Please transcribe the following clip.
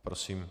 Prosím.